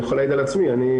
אני יכול להעיד על עצמי אני